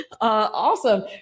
Awesome